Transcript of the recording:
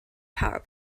power